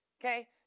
okay